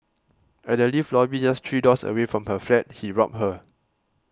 at the lift lobby just three doors away from her flat he robbed her